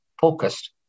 focused